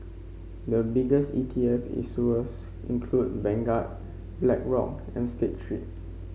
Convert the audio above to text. the biggest E T F issuers include Vanguard Blackrock and State Street